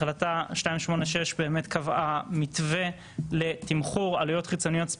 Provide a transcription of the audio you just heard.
החלטה 286 באמת קבעה מתווה לתמחור עלויות חיצוניות,